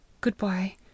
Good-bye